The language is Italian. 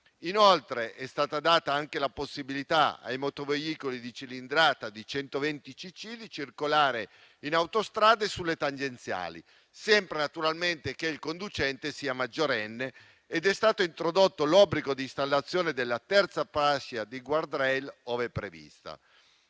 Inoltre è stata data la possibilità ai motoveicoli di cilindrata di 120 cc di circolare in autostrada e sulle tangenziali, sempre naturalmente che il conducente sia maggiorenne, ed è stato introdotto l'obbligo di installazione della terza fascia di *guardrail*, ove prevista.